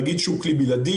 להגיד שהוא כלי בלעדי?